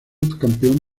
campeón